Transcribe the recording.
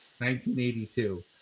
1982